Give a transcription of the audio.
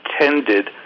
intended